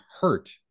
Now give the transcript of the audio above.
hurt